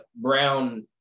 brown